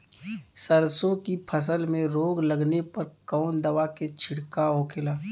सरसों की फसल में रोग लगने पर कौन दवा के छिड़काव होखेला?